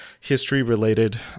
history-related